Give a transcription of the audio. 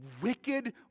wicked